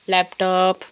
laptop